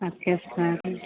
okay സാറേ